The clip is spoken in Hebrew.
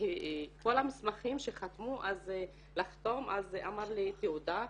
כל המסמכים שחתמו לחתום, אמר לי "תעודה"